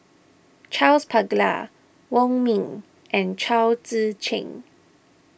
Charles Paglar Wong Ming and Chao Tzee Cheng